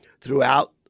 throughout